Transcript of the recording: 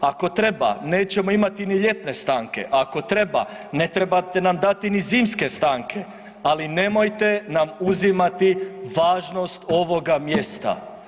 Ako treba, nećemo imati ni ljetne stanke, ako treba, ne trebate nam dati ni zimske stanke ali nemojte nam uzimati važnost ovoga mjesta.